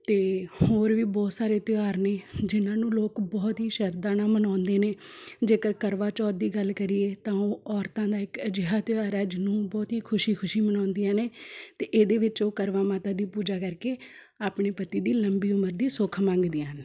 ਅਤੇ ਹੋਰ ਵੀ ਬਹੁਤ ਸਾਰੇ ਤਿਉਹਾਰ ਨੇ ਜਿਨ੍ਹਾਂ ਨੂੰ ਲੋਕ ਬਹੁਤ ਹੀ ਸ਼ਰਧਾ ਨਾਲ਼ ਮਨਾਉਂਦੇ ਨੇ ਜੇਕਰ ਕਰਵਾਚੌਥ ਦੀ ਗੱਲ ਕਰੀਏ ਤਾਂ ਉਹ ਔਰਤਾਂ ਦਾ ਇੱਕ ਅਜਿਹਾ ਤਿਉਹਾਰ ਹੈ ਜਿਹਨੂੰ ਬਹੁਤ ਹੀ ਖੁਸ਼ੀ ਖੁਸ਼ੀ ਮਨਾਉਂਦੀਆਂ ਨੇ ਅਤੇ ਇਹਦੇ ਵਿੱਚ ਉਹ ਕਰਵਾ ਮਾਤਾ ਦੀ ਪੂਜਾ ਕਰਕੇ ਆਪਣੇ ਪਤੀ ਦੀ ਲੰਬੀ ਉਮਰ ਦੀ ਸੁੱਖ ਮੰਗਦੀਆਂ ਹਨ